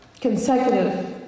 consecutive